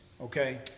Okay